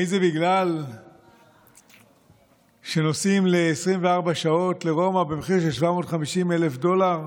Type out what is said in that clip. האם זה בגלל שנוסעים ל-24 שעות לרומא במחיר של 750,000 דולר,